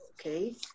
okay